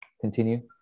continue